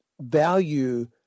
value